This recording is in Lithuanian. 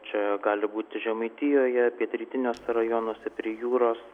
čia gali būti žemaitijoje pietrytiniuose rajonuose prie jūros